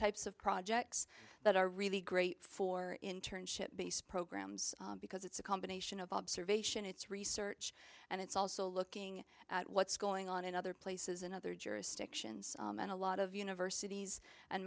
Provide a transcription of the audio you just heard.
types of projects that are really great for internship based programs because it's a combination of observation it's research and it's also looking at what's going on in other places in other jurisdictions and a lot of universities and